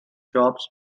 jobs